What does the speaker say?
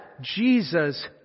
Jesus